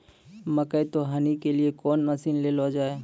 मकई तो हनी के लिए कौन मसीन ले लो जाए?